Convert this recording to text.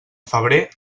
febrer